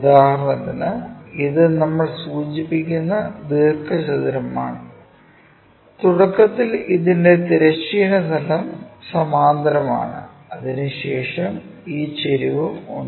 ഉദാഹരണത്തിന് ഇത് നമ്മൾ സൂചിപ്പിക്കുന്ന ദീർഘചതുരമാണ് തുടക്കത്തിൽ ഇതിന്റെ തിരശ്ചീന തലം സമാന്തരമാണ് അതിനുശേഷം ഈ ചരിവ് ഉണ്ട്